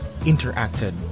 interacted